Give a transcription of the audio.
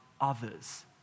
others